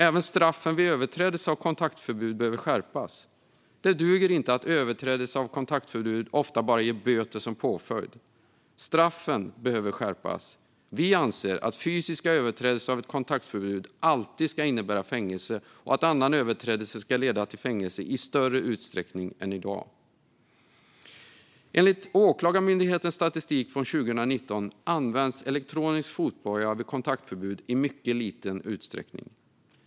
Även straffen vid överträdelse av kontaktförbud behöver skärpas. Det duger inte att överträdelse av kontaktförbud ofta bara ger böter som påföljd. Straffen behöver skärpas. Vi anser att fysiska överträdelser av ett kontaktförbud alltid ska innebära fängelse och att annan överträdelse ska leda till fängelse i större utsträckning än i dag. Enligt Åklagarmyndighetens statistik från 2019 används elektronisk fotboja vid kontaktförbud i mycket liten utsträckning.